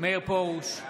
מאיר פרוש,